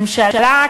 ממשלה,